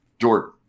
Jordan